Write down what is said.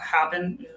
happen